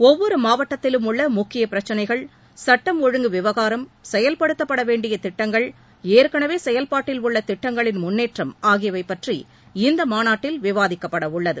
ஒவ்வொரு மாவட்டத்திலும் உள்ள முக்கிய பிரச்சினைகள் சட்டம் ஒழுங்கு விவகாரம் செயல்படுத்தப்பட வேண்டிய திட்டங்கள் ஏற்கனவே செயல்பாட்டில் உள்ள திட்டங்களின் முன்னேற்றம் ஆகியவை பற்றி இந்த மாநாட்டில் விவாதிக்கப்பட உள்ளது